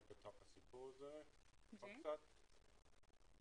להגדיר את הקווים המנחים להשקעה של הקרן.